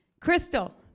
Crystal